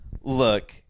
Look